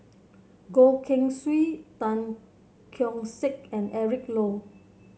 Goh Keng Swee Tan Keong Saik and Eric Low